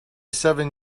seven